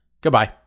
Goodbye